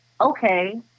okay